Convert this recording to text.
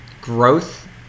growth